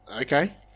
Okay